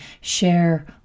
share